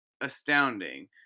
astounding